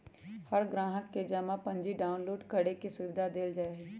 हर ग्राहक के जमा पर्ची डाउनलोड करे के सुविधा देवल जा हई